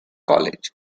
college